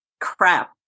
crap